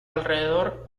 alrededor